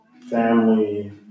family